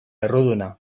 erruduna